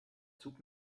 zug